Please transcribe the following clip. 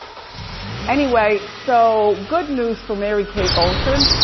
anyway, so good news for mary-kate olsen.